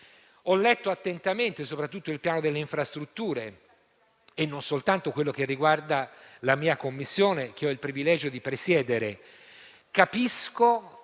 Ho letto attentamente soprattutto il piano delle infrastrutture, non soltanto quello che riguarda la Commissione che ho il privilegio di presiedere. Capisco